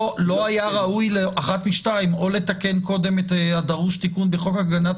לא היה ראוי לתקן קודם את הדרוש תיקון בחוק הגנת